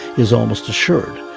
is almost assured,